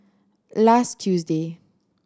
last Tuesday